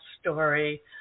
story